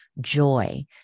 joy